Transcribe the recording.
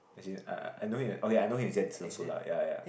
as in I know him okay I know his also lah ya ya